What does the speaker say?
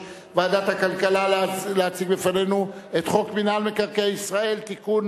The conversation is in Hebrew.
אני קובע שחוק הבנקאות (שירות ללקוח) (תיקון